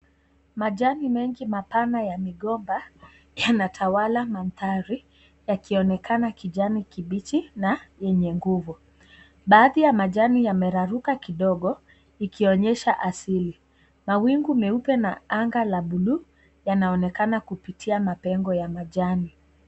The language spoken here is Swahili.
Majani mengi mapana ya migomba yanatawala mandhari yakionekana kijani kibichi na yenye nguvu. Baadhi ya majani yameraruka kidogo ikionyesha asili. Mawingu meupe na anga la bluu yanaonekana kupitia mapengo ya majani.